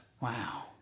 Wow